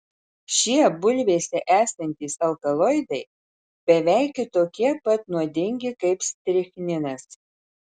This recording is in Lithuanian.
šie bulvėse esantys alkaloidai beveiki tokie pat nuodingi kaip strichninas